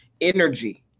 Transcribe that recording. energy